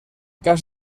cas